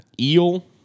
eel